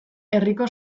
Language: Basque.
herriko